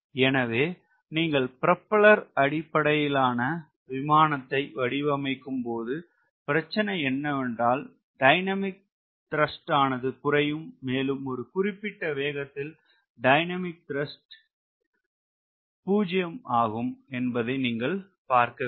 எனவே நீங்கள் ப்ரொபெல்லர் அடிப்படையிலான விமானத்தை வடிவமைக்கும் போது வரும் பிரச்சினை என்னவென்றால் டைனமிக் த்ரஸ்ட் ஆனது குறையும் மேலும் ஒரு குறிப்பிட்ட வேகத்தில் டைனமிக் த்ரஸ்ட் ஆனது 0 ஆகும் என்பதை நீங்கள் பார்க்க வேண்டும்